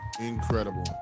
Incredible